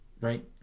right